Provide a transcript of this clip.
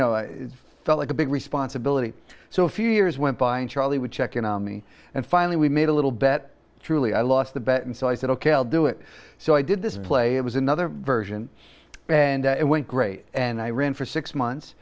know i felt like a big responsibility so a few years went by and charlie would check in on me and finally we made a little bet truly i lost the bet and so i said ok i'll do it so i did this play it was another version and it went great and i ran for six months